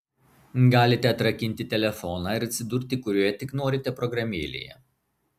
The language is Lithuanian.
galite atrakinti telefoną ir atsidurti kurioje tik norite programėlėje